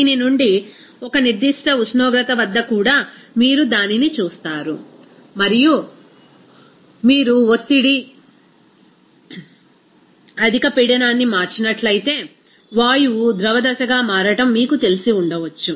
దీని నుండి ఒక నిర్దిష్ట ఉష్ణోగ్రత వద్ద కూడా మీరు దానిని చూస్తారు మరియు మీరు ఒత్తిడి అధిక పీడనాన్ని మార్చినట్లయితే వాయువు ద్రవ దశగా మారడం మీకు తెలిసి ఉండవచ్చు